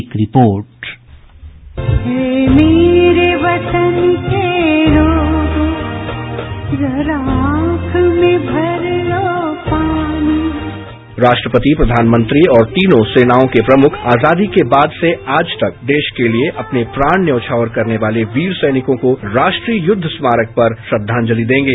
एक रिपोर्ट राष्ट्रपति प्रधानमंत्री और तीनों सेनाओं के प्रमुख आजादी के बाद से आज तक देश के लिए अपने प्राण न्यौछावर करने वाले वीर सैनिकों को राष्ट्रीय युद्ध स्मारक पर श्रद्धांजलि देंगे